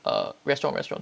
uh restaurant restaurant